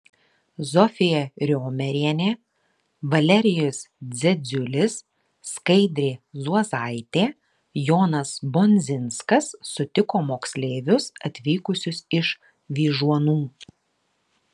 zofija riomerienė valerijus dzedziulis skaidrė zuozaitė jonas bondzinskas sutiko moksleivius atvykusius iš vyžuonų